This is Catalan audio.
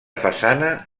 façana